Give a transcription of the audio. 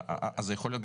זה לא מההכנסות העיקריות.